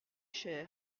chère